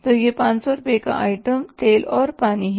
तो यह 500 रुपये का आइटम तेल और पानी है